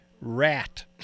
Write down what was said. Rat